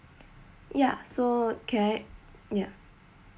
ya so can I ya